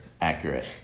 Accurate